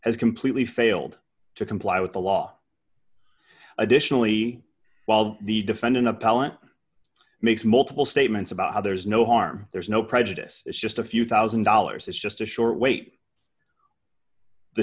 has completely failed to comply with the law additionally while the defendant appellant makes multiple statements about how there's no harm there's no prejudice it's just a few one thousand dollars it's just a short wait the